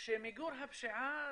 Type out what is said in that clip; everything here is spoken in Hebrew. שמיגור הפשיעה